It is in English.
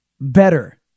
better